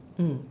mm